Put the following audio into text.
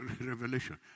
revelation